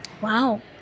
wow